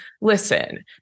listen